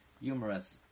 humorous